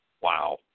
Wow